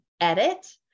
edit